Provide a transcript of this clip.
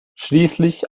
schließlich